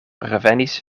revenis